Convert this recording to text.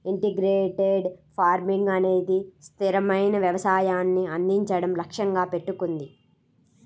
integrated farming అనేది స్థిరమైన వ్యవసాయాన్ని అందించడం లక్ష్యంగా పెట్టుకుంది